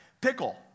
pickle